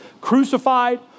crucified